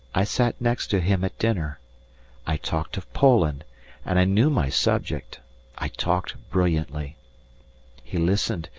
i sat next to him at dinner i talked of poland and i knew my subject i talked brilliantly he listened,